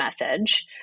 message